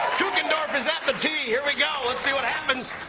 kukendorf is at the tee. here we go. let's see what happens.